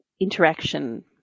interaction